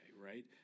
right